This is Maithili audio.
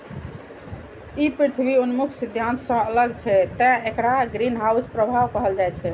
ई पृथ्वी उन्मुख सिद्धांत सं अलग छै, तें एकरा ग्रीनहाउस प्रभाव कहल जाइ छै